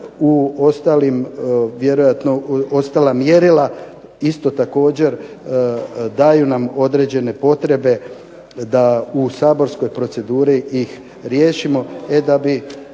u ostalim vjerojatno ostala mjerila isto također daju nam određene potrebe da u saborskoj proceduri ih riješimo